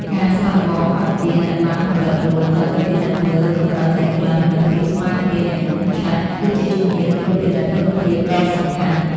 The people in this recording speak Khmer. ការសាកល្បងអុជទៀនដែលបានផលិតរួច ដើម្បីពិនិត្យមើលកម្រិតនៃក្លិន និងភាពស្មើគ្នានៃការឆេះ គឺជាជំហានត្រួតពិនិត្យគុណភាពដ៏សំខាន់។